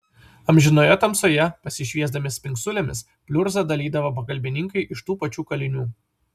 amžinoje tamsoje pasišviesdami spingsulėmis pliurzą dalydavo pagalbininkai iš tų pačių kalinių